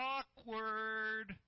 Awkward